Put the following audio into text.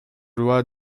loi